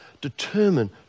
Determine